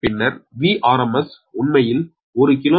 பின்னர் Vrms உண்மையில் ஒரு கிலோமீட்டருக்கு 1